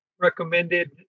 recommended